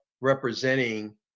representing